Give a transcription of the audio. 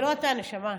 זה לא אתה, נשמה.